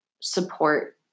support